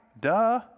Duh